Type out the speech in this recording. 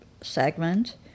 segment